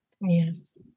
Yes